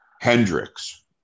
Hendrix